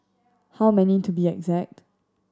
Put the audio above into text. how many to be exact